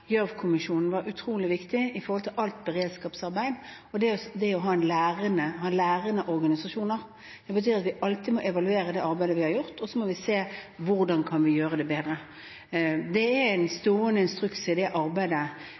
var utrolig viktig i forbindelse med alt beredskapsarbeid, og det er å ha lærende organisasjoner. Det betyr at vi alltid må evaluere det arbeidet vi har gjort, og så må vi se på hvordan vi kan gjøre det bedre. Det er en stående instruks for det arbeidet